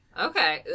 Okay